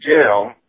jail